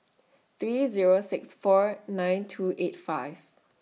three Zero six four nine two eight five